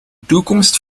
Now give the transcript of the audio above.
toekomst